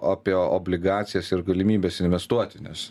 apie obligacijas ir galimybes investuoti nes